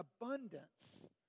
abundance